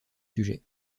sujets